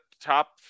top